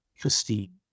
Christine